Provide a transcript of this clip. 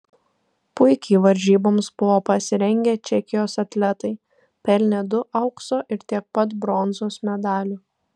puikiai varžyboms buvo pasirengę čekijos atletai pelnė du aukso ir tiek pat bronzos medalių